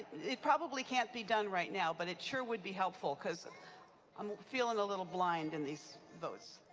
it probably can't be done right now, but it sure would be helpful because i'm feeling a little blind in these votes.